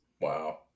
Wow